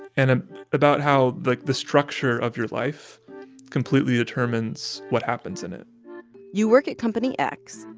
and ah about how, like, the structure of your life completely determines what happens in it you work at company x,